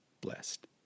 blessed